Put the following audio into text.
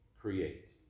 create